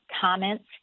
comments